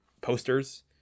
posters